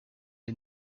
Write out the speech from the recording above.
les